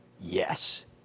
yes